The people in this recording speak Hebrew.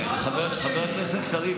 חבר הכנסת קריב,